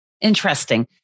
Interesting